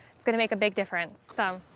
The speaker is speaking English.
it's going to make a big difference. so,